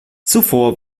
zuvor